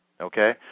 Okay